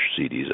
CDs